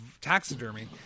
taxidermy